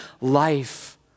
life